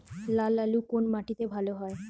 লাল আলু কোন মাটিতে ভালো হয়?